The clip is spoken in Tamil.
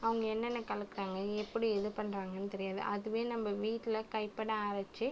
அவங்க என்னென்ன கலக்கிறாங்க எப்படி இது பண்ணுறாங்கனு தெரியாது அதுவே நம்ம வீட்டில் கைப்பட அரைத்து